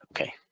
Okay